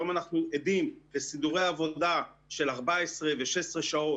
היום אנחנו עדים לסידורי עבודה של 14 ו-16 שעות,